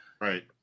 right